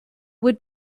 would